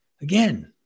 again